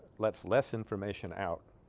let's less information out